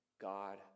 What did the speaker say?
God